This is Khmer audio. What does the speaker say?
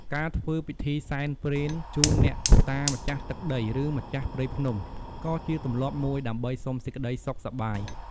ការធ្វើពិធីសែនព្រេនជូនអ្នកតាម្ចាស់ទឹកដី ឬម្ចាស់ព្រៃភ្នំ ក៏ជាទម្លាប់មួយដើម្បីសុំសេចក្តីសុខសប្បាយ។